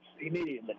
immediately